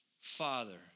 Father